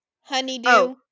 honeydew